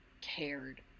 cared